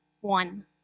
One